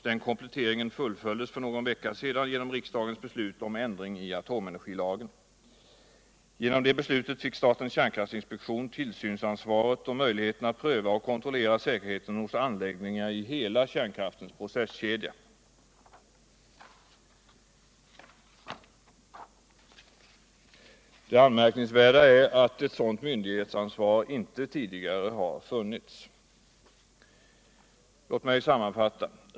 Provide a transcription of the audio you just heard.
Den kompletteringen fullföljdes för någon vecka sedan genom riksdagens beslut om ändring i atomencergilagen. Genom det beslutet fick statens kärnkraftisinspektion tillsynsansvaret och möjligheten att pröva och kontrollera säkerheten hos anläggningar 1 hela kärnkraftens processkedja. Det anmärkningsvärda är att ett sådant myndighetsansvar inte tidigare har funnits. Låt mig sammanfatta.